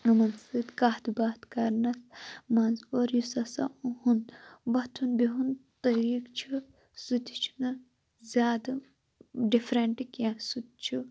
یِمَن سۭتۍ کَتھ باتھ کَرنَس منٛز اور یُس ہسا سُہ اُہُنٛد وَتھُن بیٚہُن طریقہٕ چھُ سُہ تہِ چھُنہٕ زیادٕ ڈِفرَنٹ کیٚنٛہہ سُہ تہِ چھ